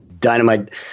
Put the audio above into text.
Dynamite